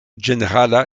ĝenerala